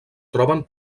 troben